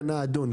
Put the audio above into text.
קנה אדון,